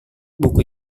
buku